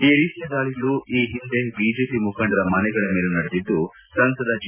ಈ ರೀತಿಯ ದಾಳಿಗಳು ಈ ಹಿಂದೆ ಬಿಜೆಪಿ ಮುಖಂಡರ ಮನೆಗಳ ಮೇಲೂ ನಡೆದಿದ್ದು ಸಂಸದ ಜಿ